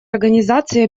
организации